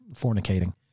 fornicating